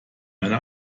eine